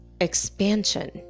expansion